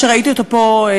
שראיתי אותו פה,